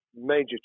major